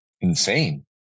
insane